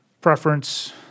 preference